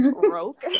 broke